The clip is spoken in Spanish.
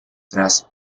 tras